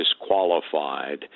disqualified